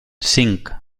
cinc